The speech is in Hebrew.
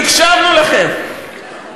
הקשבנו לכם,